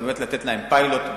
לתת להם פיילוט.